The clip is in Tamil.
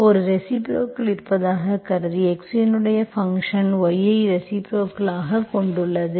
எனவே ஒரு ரெசிப்ரோக்கல் இருப்பதாகக் கருதி x இன் ஃபங்க்ஷன் y ஐ ரெசிப்ரோக்கல் ஆக கொண்டுள்ளது